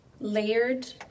layered